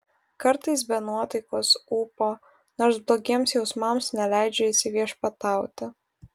kartais be nuotaikos ūpo nors blogiems jausmams neleidžiu įsiviešpatauti